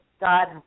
God